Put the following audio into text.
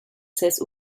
ses